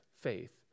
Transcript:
faith